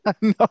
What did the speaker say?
No